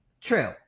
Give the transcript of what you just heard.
True